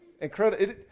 Incredible